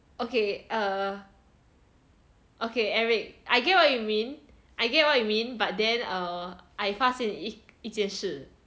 okay err okay eric I get what you mean I get what you mean but then err I 发现一件事